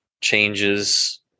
changes